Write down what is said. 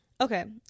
Okay